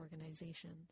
organizations